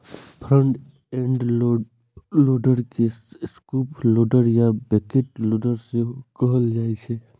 front end loader के scoop loader या bucket loader सेहो कहल जाइ छै